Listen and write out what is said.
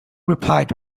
replied